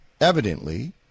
evidently